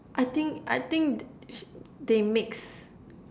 I think I think they mix